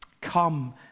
come